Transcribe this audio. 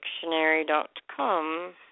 dictionary.com